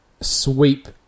sweep